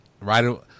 right